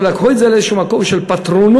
אבל לקחו את זה לאיזשהו מקום של פטרונות,